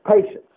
patience